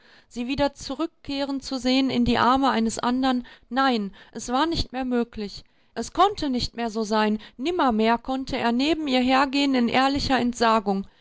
sie wieder zurückkehren zu sehen in die arme eines andern nein es war nicht mehr möglich es konnte nicht mehr so sein nimmermehr konnte er neben ihr hergehen in ehrlicher entsagung